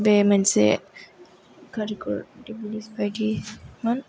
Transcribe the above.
बे मोनसे curricular activities बायदि मोन